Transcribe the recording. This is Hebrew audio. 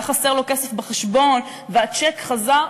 והיה חסר לו כסף בחשבון והצ'ק חזר.